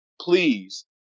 please